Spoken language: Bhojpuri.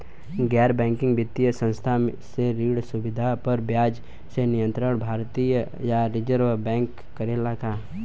गैर बैंकिंग वित्तीय संस्था से ऋण सुविधा पर ब्याज के नियंत्रण भारती य रिजर्व बैंक करे ला का?